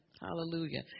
Hallelujah